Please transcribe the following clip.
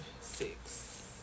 six